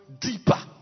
deeper